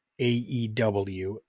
AEW